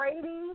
Brady